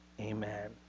amen